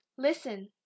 Listen